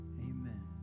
Amen